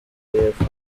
y’epfo